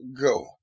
go